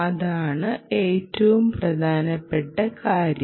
അതാണ് ഏറ്റവും പ്രധാനപ്പെട്ട കാര്യം